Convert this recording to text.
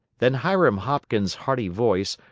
then hiram hopkins's hearty voice,